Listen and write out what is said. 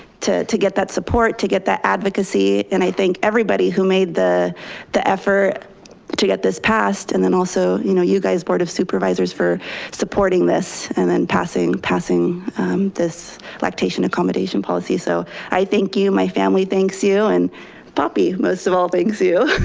to to get that support, to get that advocacy. and i thank everybody who made the the effort to get this passed. and then a also you know you guys, board of supervisors, for supporting this and then passing passing this lactation accommodation policy. so i thank you, my family thanks you and poppy most of all thanks you.